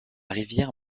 rivière